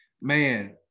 Man